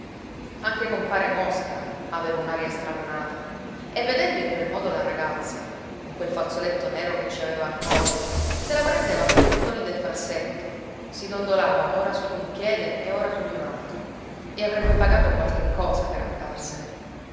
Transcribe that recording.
anche compare mosca aveva un'aria stralunata e vedendo in quel modo la ragazza con quel fazzoletto nero che ci aveva al collo se la prendeva coi bottoni del farsetto si dondolava ora su di un piede ed ora su di un altro e avrebbe pagato qualche cosa per andarsene